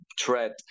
threat